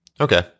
Okay